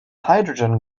hydrogen